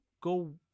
go